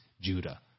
Judah